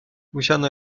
musiano